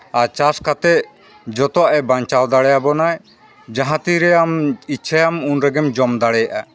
ᱟᱨ ᱪᱟᱥ ᱠᱟᱛᱮᱫ ᱡᱚᱛᱚᱣᱟᱜᱼᱮ ᱵᱟᱧᱪᱟᱣ ᱫᱟᱲᱮᱭᱟᱵᱚᱱᱟᱭ ᱡᱟᱦᱟᱸ ᱛᱤᱨᱮ ᱟᱢ ᱤᱪᱪᱷᱟᱹᱭᱟᱢ ᱩᱱ ᱨᱮᱜᱮᱢ ᱡᱚᱢ ᱫᱟᱲᱮᱭᱟᱜᱼᱟ